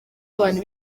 abantu